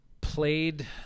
played